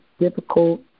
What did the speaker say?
difficult